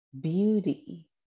beauty